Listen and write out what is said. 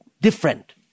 different